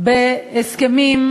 על הבקעה